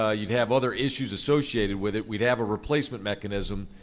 ah you'd have other issues associated with it. we'd have a replacement mechanism,